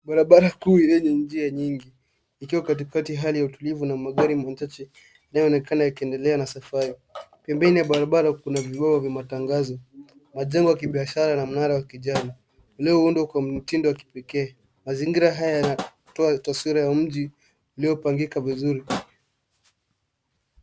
Barabara yenye magari mengi. Katikati ya barabara kuna hali ya utulivu na mpangilio mzuri, leo inaonekana barabara inaendelea kwa usahihi wa safari. Kando ya barabara kuna taa kubwa za matangazo. Kuna majengo ya kibiashara na mnara wa kisasa. Leo mazingira yanaonekana kwa mtindo wa kisasa. Mazingira haya yanaonyesha taswira ya mji wa kisasa, leo yamepangwa vizuri